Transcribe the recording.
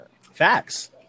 Facts